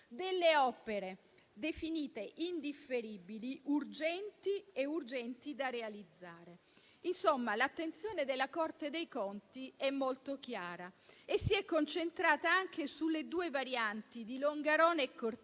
delle opere indifferibili e urgenti da realizzare. Insomma, l'attenzione della Corte dei conti è molto chiara e si è concentrata anche sulle due varianti di Longarone e Cortina,